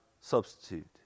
substitute